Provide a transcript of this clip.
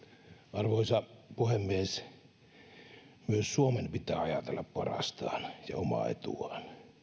arvoisa puhemies myös suomen pitää ajatella parastaan ja omaa etuaan